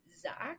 zach